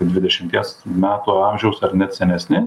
dvidešimties metų amžiaus ar net senesni